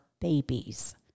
babies